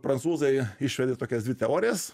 prancūzai išvedė tokias dvi teorijas